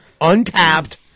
untapped